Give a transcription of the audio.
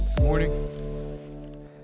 morning